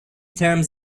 terms